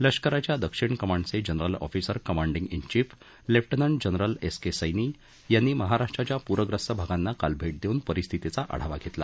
लष्कराच्या दक्षिण कमांडचे जनरल ऑफिसर कमांडींग ित chief lieutenant general S K Saini यांनी महाराष्ट्राच्या पूराप्रस्त भागांना काल भेट देऊन परिस्थितीचा आढावा घेतला